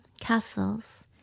castles